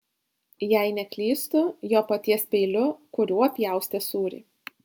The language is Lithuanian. jei neklystu jo paties peiliu kuriuo pjaustė sūrį